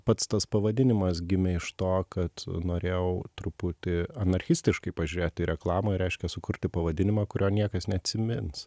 pats tas pavadinimas gimė iš to kad norėjau truputį anarchistiškai pažiūrėt į reklamą reiškia sukurti pavadinimą kurio niekas neatsimins